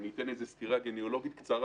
אני אתן סקירה קצרה.